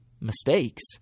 mistakes